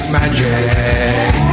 magic